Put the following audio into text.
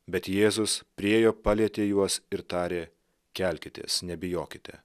bet jėzus priėjo palietė juos ir tarė kelkitės nebijokite